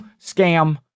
scam